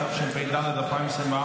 התשפ"ד 2024,